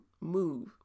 move